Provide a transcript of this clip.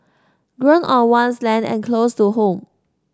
grown on one's land and close to home